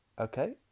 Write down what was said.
okay